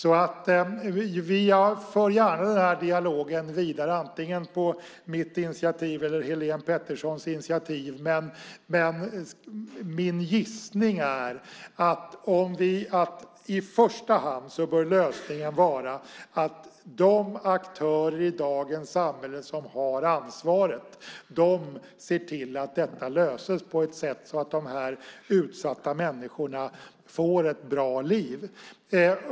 Jag för gärna den här dialogen vidare, antingen på mitt initiativ eller på Helene Peterssons initiativ, men min gissning är att lösningen i första hand bör vara att de aktörer i dagens samhälle som har ansvaret ser till att detta löses på ett sådant sätt att dessa utsatta människor får ett bra liv.